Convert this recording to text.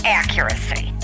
accuracy